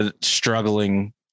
struggling